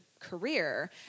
Career